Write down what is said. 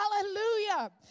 Hallelujah